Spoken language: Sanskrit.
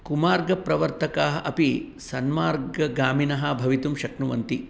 कुमार्गप्रवर्तकाः अपि सन्मार्गगामिनः भवितुं शक्नुवन्ति